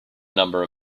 number